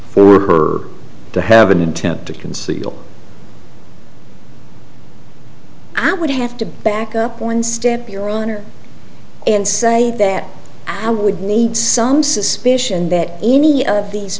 for her to have an intent to conceal i would have to back up one step your honor and say that i would need some suspicion that any of these